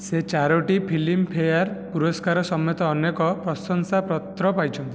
ସେ ଚାରୋଟି Filmfare ପୁରସ୍କାର ସମେତ ଅନେକ ପ୍ରଶଂସାପତ୍ର ପାଇଛନ୍ତି